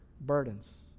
burdens